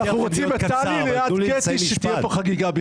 אנחנו רוצים את טלי ליד קטי, שתהיה פה חגיגה.